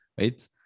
right